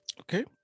Okay